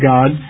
God